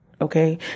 Okay